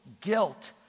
guilt